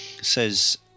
says